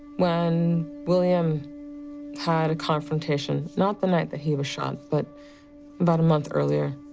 when william had a confrontation. not the night that he was shot but about a month earlier,